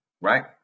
right